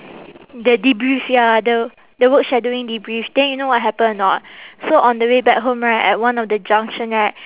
the debrief ya the the work shadowing debrief then you know what happen or not so on the way back home right at one of the junction right